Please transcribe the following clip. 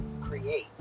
create